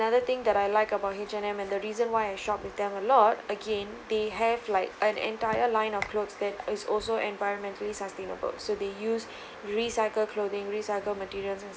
another thing that I like about H&M and the reason why I shop with them a lot again they have like an entire line of clothes that is also environmentally sustainable so they use recycled clothing recycled materials and